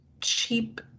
cheap